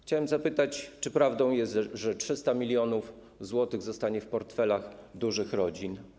Chciałem zapytać, czy prawdą jest, że 300 mln zł zostanie w portfelach dużych rodzin.